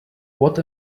what